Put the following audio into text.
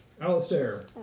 Alistair